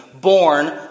born